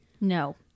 No